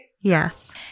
Yes